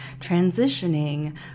transitioning